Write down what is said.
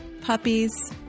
puppies